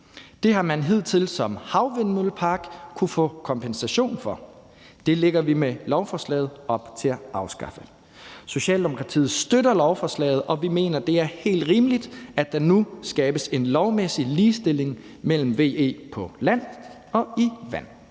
Det har man i forhold til havvindmølleparker hidtil kunnet få kompensation for. Det lægger vi med lovforslaget op til at afskaffe. Socialdemokratiet støtter lovforslaget, og vi mener, at det er helt rimeligt, at der nu skabes en lovmæssig ligestilling mellem VE på land og VE på vand.